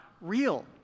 real